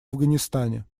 афганистане